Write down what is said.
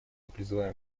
призываем